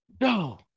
No